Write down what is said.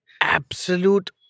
absolute